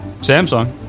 samsung